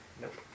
Nope